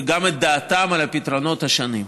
וגם את דעתם על הפתרונות השונים.